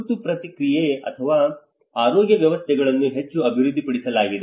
ತುರ್ತು ಪ್ರತಿಕ್ರಿಯೆ ಮತ್ತು ಆರೋಗ್ಯ ವ್ಯವಸ್ಥೆಗಳನ್ನು ಹೆಚ್ಚು ಅಭಿವೃದ್ಧಿಪಡಿಸಲಾಗಿದೆ